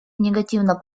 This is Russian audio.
негативно